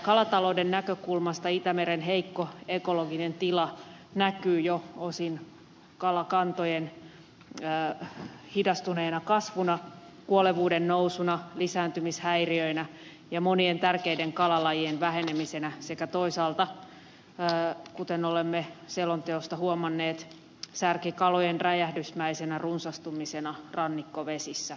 kalatalouden näkökulmasta itämeren heikko ekologinen tila näkyy jo osin kalakantojen hidastuneena kasvuna kuolevuuden nousuna lisääntymishäiriöinä ja monien tärkeiden kalalajien vähenemisenä sekä toisaalta kuten olemme selonteosta huomanneet särkikalojen räjähdysmäisenä runsastumisena rannikkovesissä